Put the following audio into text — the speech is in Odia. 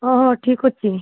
ହଁ ହଁ ଠିକ ଅଛି